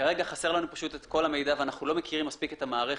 כרגע חסר לנו את כל המידע ואנחנו לא מכירים מספיק את המערכת.